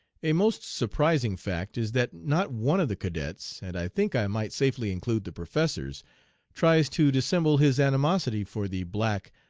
a most surprising fact is that not one of the cadets and i think i might safely include the professors tries to dissemble his animosity for the black,